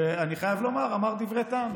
ואני חייב לומר, הוא אמר דברי טעם.